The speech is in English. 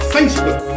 Facebook